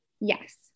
Yes